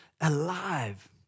alive